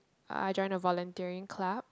I join a volunteering club